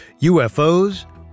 UFOs